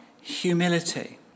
humility